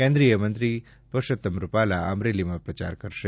કેન્દ્રીયમંત્રી શ્રી પુરુષોત્તમ રૂપાલા અમરેલીમાં પ્રચાર કરશે